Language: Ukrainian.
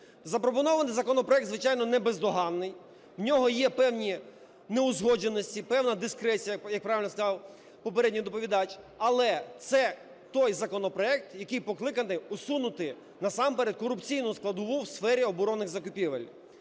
Запропонований законопроект, звичайно, не бездоганний, в нього є певні неузгодженості, певна дискреція, як правильно сказав попередній доповідач, але це той законопроект, який покликаний усунути насамперед корупційну складову в сфері оборонних закупівель.